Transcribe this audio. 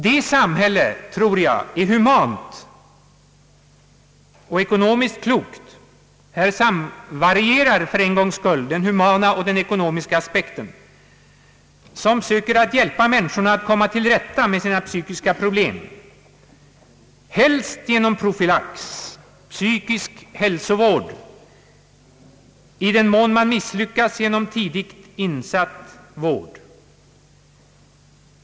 Det samhälle, tror jag, är humant och ekonomiskt klokt — här samverkar för en gångs skull den humana och den ekonomiska aspekten — som söker hjälpa människorna att komma till rätta med sina psykiska problem, helst genom profylax, psykisk hälsovård, i den mån man misslyckats genom tidigt insatt vård med effektiv terapi.